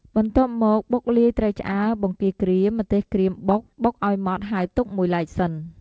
បន្ទាប់មក បុកលាយត្រីឆ្អើរ បង្គាក្រៀម ម្ទេសក្រៀមបុក បុកឱ្យម៉ដ្ឋហើយទុកមួយឡែកសិន។